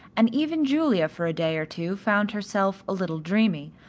and even julia for a day or two found herself a little dreamy,